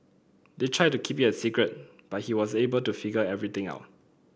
they tried to keep it a secret but he was able to figure everything out